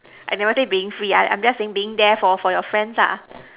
I never say being free I I'm just saying being there for for your friends lah